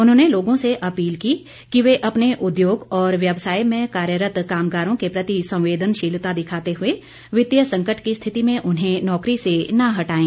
उन्होंने लोगों से अपील की कि वे अपने उद्योग और व्यवसाय में कार्यरत कामगारों के प्रति संवेदनशीलता दिखाते हुए वित्तीय संकट की स्थिति में उन्हें नौकरी से न हटाएं